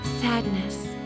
Sadness